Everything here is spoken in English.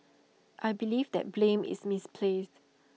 I believe that blame is misplaced